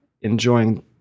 enjoying